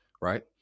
right